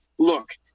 look